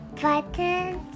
Buttons